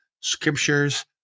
scriptures